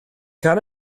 gan